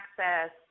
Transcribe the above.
access